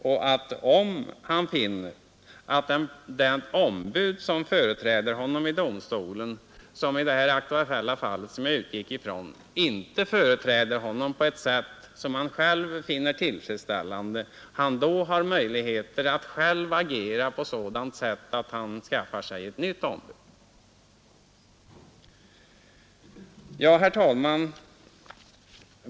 Och om han finner att ombudet i domstolen — t.ex. i det aktuella fall som jag har utgått ifrån — inte företräder honom på ett sätt som han själv finner tillfredsställande, så bör han väl ha möjligheter att agera och skaffa sig ett nytt ombud! Herr talman!